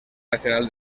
nacional